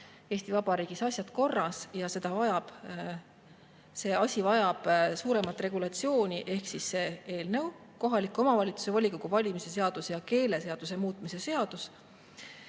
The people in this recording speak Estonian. Eesti Vabariigis asjad korras ja see asi vajab suuremat regulatsiooni. Ehk siis see eelnõu, kohaliku omavalitsuse volikogu valimise seaduse ja keeleseaduse muutmise seaduse